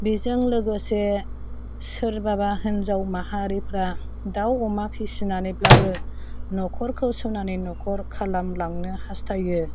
बिजों लोगोसे सोरबाबा होन्जाव माहारिफ्रा दाउ अमा फिसिनानैब्लाबो नखरखौ स'नानि नखर खालामलांनो हास्थायो